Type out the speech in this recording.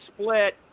split